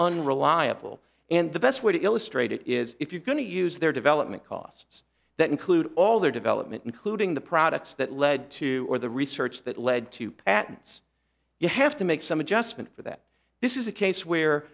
unreliable and the best way to illustrate it is if you're going to use their development costs that include all their development including the products that led to the research that led to patents you have to make some adjustment for that this is a case where